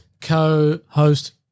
co-host